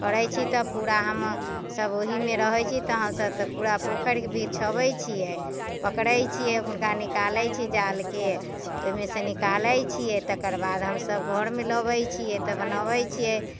करै छी तऽ पूरा हम सभ ओहिमे रहै छी तहनसँ तऽ पूरा पोखरि बिछोबै छियै पकड़ै छियै हुनका निकालै छियै हुनका जालके तऽ ओइमेसँ निकालै छियै तकर बाद हमसभ घरमे लबै छियै तऽ बनोबै छियै